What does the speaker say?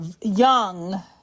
young